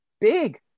big